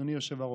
אדוני היושב-ראש,